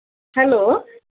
hello